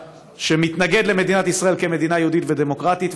שמתנגד למדינת ישראל כמדינה יהודית ודמוקרטית.